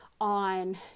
on